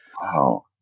Wow